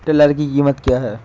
Tiller की कीमत क्या है?